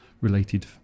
related